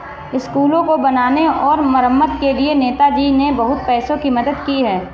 स्कूलों को बनाने और मरम्मत के लिए नेताजी ने बहुत पैसों की मदद की है